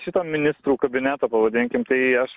šito ministrų kabineto pavadinkim tai aš